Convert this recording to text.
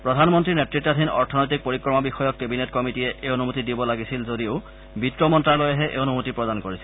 প্ৰধানমন্ত্ৰীৰ নেত়তাধীন অৰ্থনৈতিক পৰিক্ৰমা বিষয়ক কেবিনেট কমিটিয়ে এই অনুমতি দিব লাগিছিল যদিও বিত্ত মন্তালয়েহে এই অনুমতি প্ৰদান কৰিছিল